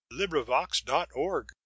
LibriVox.org